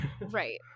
Right